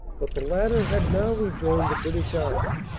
but the latter had now rejoined the british army.